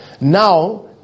Now